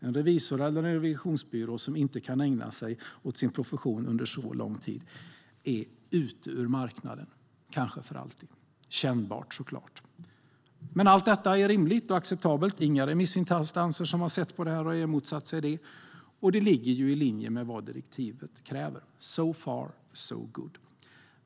En revisor eller en revisionsbyrå som inte kan ägna sig åt sin profession under så lång tid är borta från marknaden, kanske för alltid. Det är såklart kännbart. Allt detta är rimligt och acceptabelt. Inga remissinstanser som har tittat på detta har emotsatt sig det, och det ligger i linje med vad direktivet kräver. So far, so good!